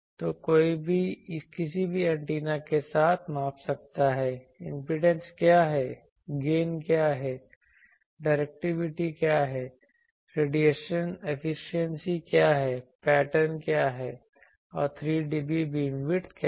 तो कोई भी किसी भी एंटीना के साथ माप सकता है इम्पीडेंस क्या है गेन क्या है डायरेक्टिविटी क्या है रेडिएशन एफिशिएंसी क्या है पैटर्न क्या है और 3 dB बीमविड्थ क्या है